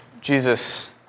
Jesus